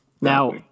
Now